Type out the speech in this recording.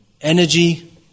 energy